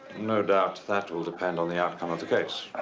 no doubt that will depend on the outcome of the case.